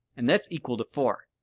and that's equal to four,